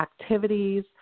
activities